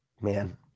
Man